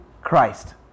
Christ